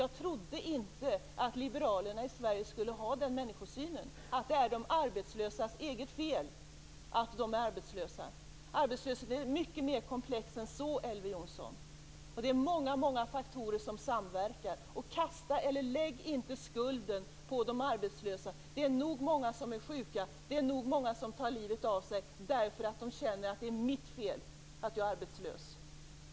Jag trodde inte att liberalerna i Sverige skulle ha den människosynen, dvs. att det är de arbetslösas fel att de är arbetslösa. Frågan om arbetslösheten är mycket mer komplex än så, Elver Jonsson. Det är många faktorer som samverkar. Lägg inte skulden på de arbetslösa. Det är nog många som är sjuka, och det är nog många som tar livet av sig därför att de känner att det är deras fel att de är arbetslösa.